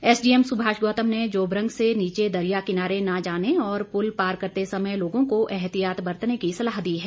SDM Subhash Gautam ने जोबरंग से नीचे दरिया किनारे न जाने और पुल पार करते समय लोगों को एहतियात बरतने की सलाह दी है